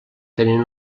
tenen